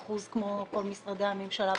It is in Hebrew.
5% כמו כל משרדי הממשלה?